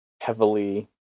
heavily